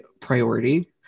priority